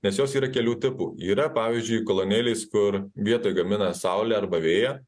nes jos yra kelių tipų yra pavyzdžiui kolonėlės kur vietoj gamina saulę arba vėją